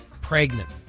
pregnant